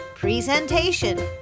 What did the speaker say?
Presentation